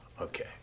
Okay